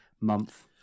month